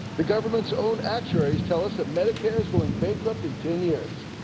the government's own actuaries tell us that medicare is going bankrupt in ten years.